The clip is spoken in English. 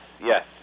yes